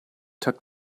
tuck